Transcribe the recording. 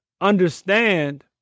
understand